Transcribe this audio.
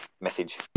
message